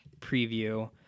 preview